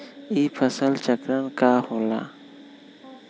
ई फसल चक्रण का होला?